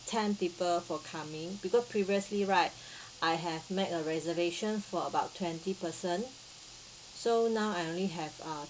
ten people for coming because previously right I have made a reservation for about twenty person so now I only have uh